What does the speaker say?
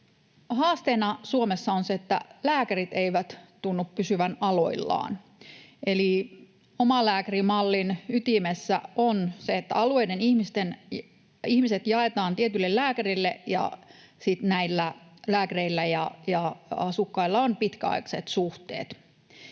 Haasteena Suomessa on se, että lääkärit eivät tunnu pysyvän aloillaan. Kun omalääkärimallin ytimessä on se, että alueiden ihmiset jaetaan tietyille lääkäreille ja sitten näillä lääkäreillä ja asukkailla on pitkäaikaiset suhteet,